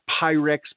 pyrex